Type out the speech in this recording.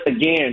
again